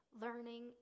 Learning